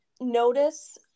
notice